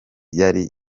yari